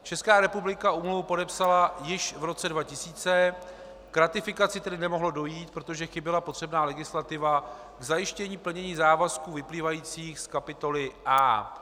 Česká republika úmluvu podepsala již v roce 2000, k ratifikaci tedy nemohlo dojít, protože chyběla potřebná legislativa k zajištění plnění závazků vyplývajících z kapitoly A.